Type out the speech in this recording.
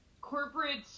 corporate